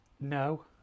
No